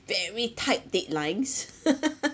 very tight deadlines